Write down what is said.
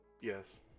Yes